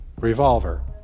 revolver